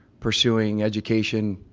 pursuing education,